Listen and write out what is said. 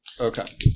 Okay